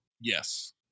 yes